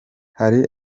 hari